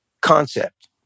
concept